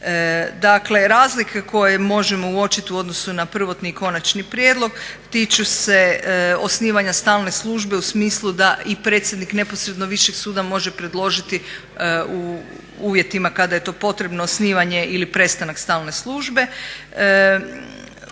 Dakle, razlike koje možemo uočiti u odnosu na prvotni i konačni prijedlog tiču se osnivanja stalne službe u smislu da i predsjednik neposredno višeg suda može predložiti u uvjetima kada je to potrebno osnivanje ili prestanak stalne službe.